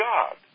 God